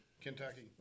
Kentucky